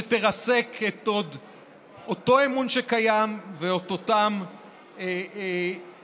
שתרסק את אותו אמון שקיים ואת אותן יכולות